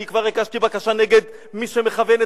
אני כבר הגשתי בקשה נגד מי שמכוון,